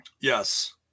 yes